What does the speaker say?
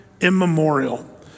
Immemorial